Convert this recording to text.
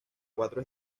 cuatro